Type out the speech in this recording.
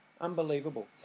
Unbelievable